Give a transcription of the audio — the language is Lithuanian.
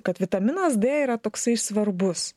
kad vitaminas d yra toksai svarbus